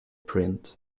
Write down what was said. print